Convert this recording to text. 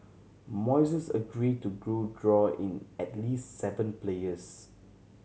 Moises agreed to grew draw in at least seven players